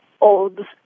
old